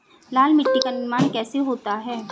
लाल मिट्टी का निर्माण कैसे होता है?